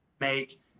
make